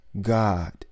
God